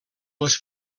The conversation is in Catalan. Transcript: les